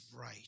right